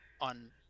on